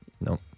No